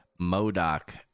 Modoc